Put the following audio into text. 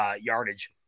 yardage